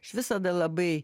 aš visada labai